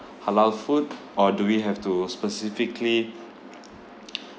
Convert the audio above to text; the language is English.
halal food or do we have to specifically